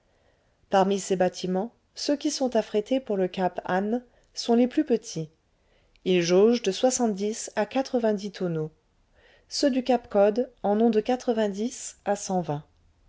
parmi ces bâtiments ceux qui sont affrétés pour le cap anne sont les plus petits ils jaugent de soixante-dix à quatre-vingt-dix tonneaux ceux du cap cod en ont de quatre-vingt-dix à